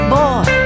boy